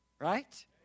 Right